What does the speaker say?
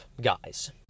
guys